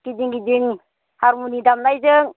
गिदिं गिदिं हारमुनि दामनायजों